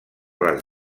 les